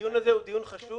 הדיון הזה הוא דיון חשוב.